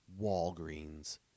Walgreens